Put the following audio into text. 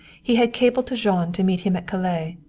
he had cabled to jean to meet him at calais,